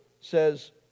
says